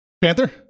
Panther